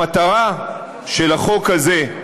המטרה של החוק הזה,